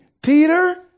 Peter